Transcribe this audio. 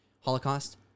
Holocaust